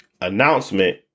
announcement